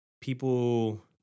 people